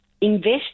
invest